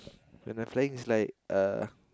when I'm flying it's like ah